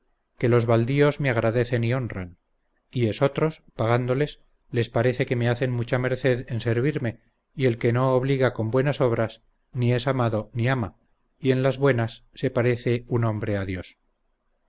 que los valdíos me agradecen y honran y esotros pagándoles les parece que me hacen mucha merced en servirme y el que no obliga con buenas obras ni es amado ni ama y en las buenas se parece un hombre